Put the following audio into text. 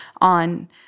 on